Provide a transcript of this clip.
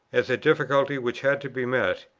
as a difficulty which had to be met,